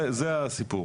זה הסיפור.